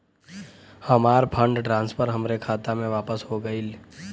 हमार fund transfer हमरे खाता मे वापस हो गईल